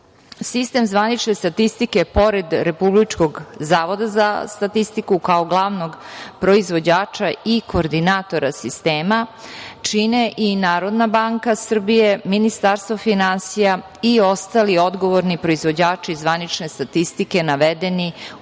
zvanične statistike pored Republičkog zavoda za statistiku, kao glavnog proizvođača i koordinatora sistema, čine i NBS, Ministarstvo finansija i ostali odgovorni proizvođači zvanične statistike navedeni